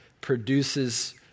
produces